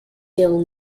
gill